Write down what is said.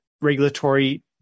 regulatory